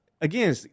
Again